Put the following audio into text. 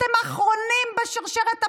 הם האחרונים בשרשרת המזון.